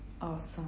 Awesome